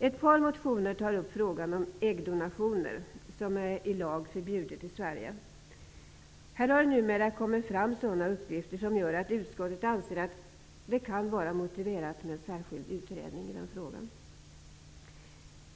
Ett par motioner tar upp frågan om äggdonationer, som är i lag förbjudet i Sverige. Här har numera kommit fram sådana uppgifter att utskottet anser att den kan vara motiverat med en särskild utredning i frågan.